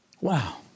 Wow